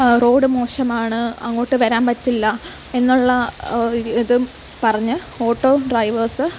road മോശമാണ് അങ്ങോട്ടു വരാൻ പറ്റില്ല എന്നുള്ള ഇതും പറഞ്ഞ് ഓട്ടോ ഡ്രൈവേഴ്സ്